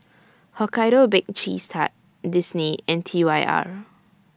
Hokkaido Baked Cheese Tart Disney and T Y R